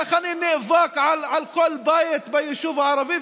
איך אני נאבק על כל בית ביישוב הערבי,